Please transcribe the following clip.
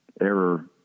error